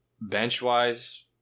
Bench-wise